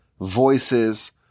voices